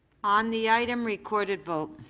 on the item recorded vote.